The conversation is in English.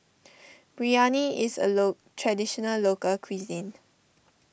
Biryani is a low Traditional Local Cuisine